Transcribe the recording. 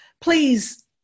please